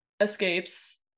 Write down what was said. escapes